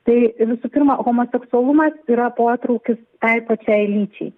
tai visų pirma homoseksualumas yra potraukis tai pačiai lyčiai